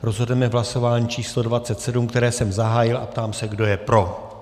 Rozhodneme v hlasování číslo 27, které jsem zahájil, a ptám se, kdo je pro.